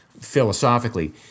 philosophically